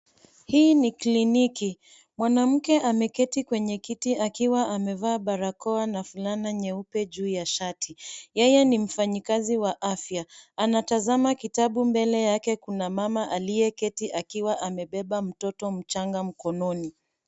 Hii ni kliniki. Mwanmke ameketi kwenye kiti akiwa amevaa barakoa na fulana nyeupe juu ya shati. Yeye ni mfanyikazi wa afya, anatazama kitabu. Mbele yake kuna mama aliyeketi akiwa amebeba mtoto mchanga mkononi.